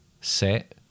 set